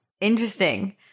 Interesting